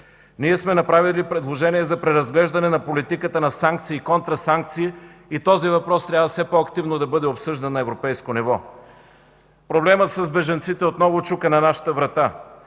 Ние сме направили предложение за преразглеждане на политиката на санкции и контрасанкции и този въпрос трябва все по активно да бъде обсъждан на европейско ниво. Проблемът с бежанците отново чука на нашата врата.